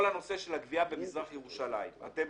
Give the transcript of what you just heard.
כל הנושא של הגבייה במזרח ירושלים אתם